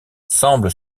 semble